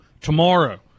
tomorrow